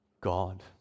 God